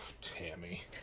Tammy